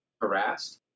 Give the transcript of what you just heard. harassed